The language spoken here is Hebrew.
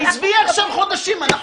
עזבי עכשיו חודשים, אנחנו פה.